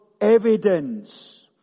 evidence